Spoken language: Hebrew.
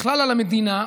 על המדינה בכלל,